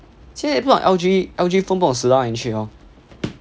现在不懂 L_G L_G phone 不懂死到哪里去了